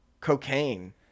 cocaine